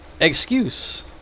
excuse